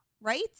Right